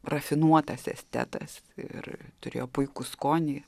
rafinuotas estetas ir turėjo puikų skonį